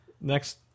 next